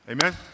Amen